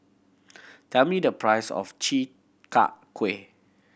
tell me the price of Chi Kak Kuih